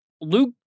Luke